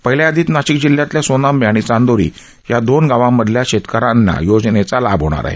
पहिल्या यादीत नाशिक जिल्ह्यातल्या सोनांबे आणि चांदोरी या दोन गावांमधील शेतक यांना या योजनेचा लाभ होणार आहे